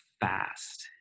fast